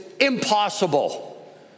impossible